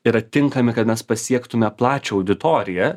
yra tinkami kad mes pasiektume plačią auditoriją